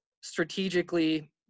strategically